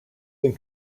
been